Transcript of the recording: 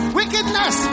wickedness